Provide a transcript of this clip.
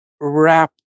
wrap